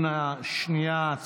הצבעה, בבקשה.